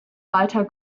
walter